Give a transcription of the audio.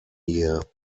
year